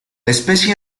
especie